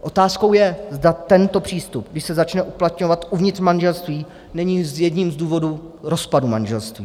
Otázkou je, zda tento přístup, když se začne uplatňovat uvnitř manželství, není jedním z důvodů rozpadu manželství.